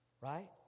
right